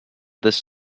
this